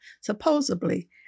supposedly